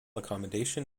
accommodation